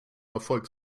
erfolg